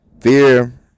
fear